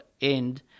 end